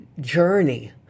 journey